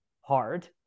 hard